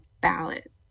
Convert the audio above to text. ballot